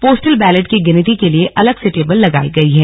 postal ballot की गिनती के लिए अलग से टेबल लगाई गई हैं